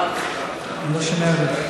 סטנדרטים, אני לא שומע טוב.